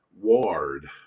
ward